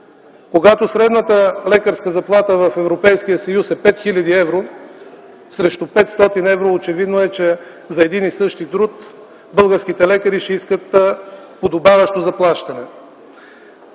Когато средната лекарска заплата в Европейския съюз е 5 хил. евро, срещу 500 евро, е очевидно, че за един и същи труд българските лекари ще искат подобаващо заплащане.